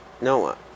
Noah